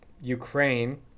Ukraine